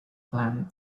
planet